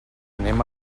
anem